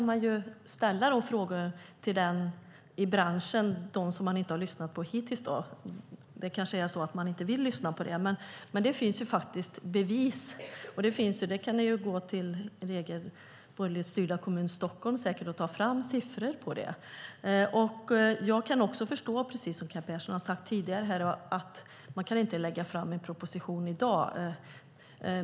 Man kan ställa frågor om det till branschen och dem som man hittills inte har lyssnat på. Det kanske är så att man inte vill lyssna på det. Det finns bevis. Ni kan säkert gå till er egen borgerligt styrda kommun Stockholm och ta fram siffror på det. Jag kan också förstå, precis som Kent Persson har sagt här tidigare, att man i dag inte kan lägga fram en proposition.